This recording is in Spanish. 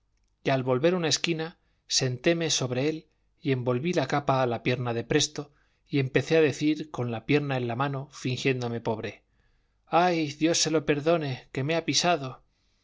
y al volver una esquina sentéme sobre él y envolví la capa a la pierna de presto y empecé a decir con la pierna en la mano fingiéndome pobre ay dios se lo perdone que me ha pisado